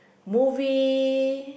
movie